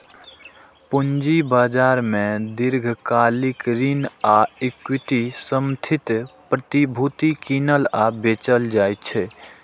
पूंजी बाजार मे दीर्घकालिक ऋण आ इक्विटी समर्थित प्रतिभूति कीनल आ बेचल जाइ छै